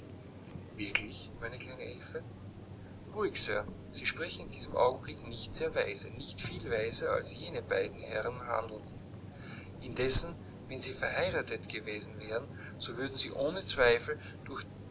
wirklich meine kleine elfe ruhig sir sie sprechen in diesem augenblick nicht sehr weise nicht viel weiser als jene beiden herren handelten indessen wenn sie verheiratet gewesen wären so würden sie ohne zweifel durch